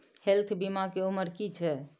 Health बीमा के उमर की छै?